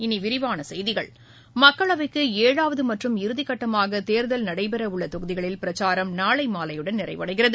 இனி விரிவான செய்திகள் மக்களவைக்கு ஏழாவது மற்றும் இறுதிக்கட்டமாக தேர்தல் நடைபெறவுள்ள தொகுதிகளில் பிரச்சாரம் நாளை மாலையுடன் நிறைவடைகிறது